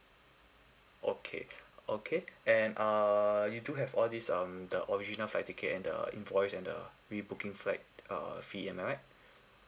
okay okay and err you do have all these um the original flight ticket and the invoice and the re-booking flight uh fee am I right